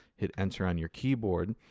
hit enter on your keyboard,